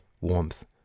warmth